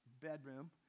bedroom